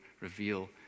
reveal